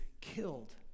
killed